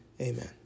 Amen